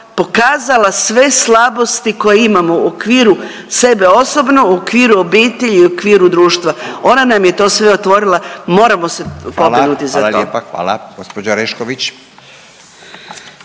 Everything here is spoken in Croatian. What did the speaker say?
pokazala sve slabosti koje imamo u okviru sebe osobno, u okviru obitelji i u okviru društva. Ona nam je to sve otvorila, moramo se …/Upadica: Hvala./… pobrinuti